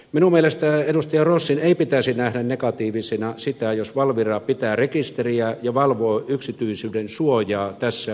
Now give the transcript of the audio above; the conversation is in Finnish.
minun mielestäni edustaja rossin ei pitäisi nähdä negatiivisena sitä jos valvira pitää rekisteriä ja valvoo yksityisyydensuojaa tässä biopankkilaissa